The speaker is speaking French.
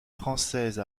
française